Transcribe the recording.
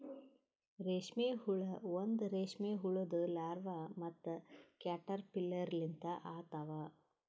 ರೇಷ್ಮೆ ಹುಳ ಒಂದ್ ರೇಷ್ಮೆ ಹುಳುದು ಲಾರ್ವಾ ಮತ್ತ ಕ್ಯಾಟರ್ಪಿಲ್ಲರ್ ಲಿಂತ ಆತವ್